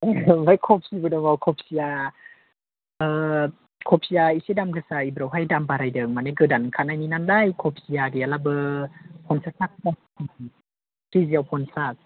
औ ओमफ्राय कबिबो दङ कबिया कबिया एसे दाम गोसा एबारावहाय दाम बारायदों माने गोदान ओंखारनायनि नालाय कबिआ गैयाब्लाबो पन्सास थाका केजि केजिआव पन्सास